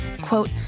quote